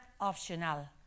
optional